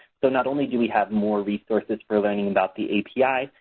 so not only do we have more resources for learning about the api,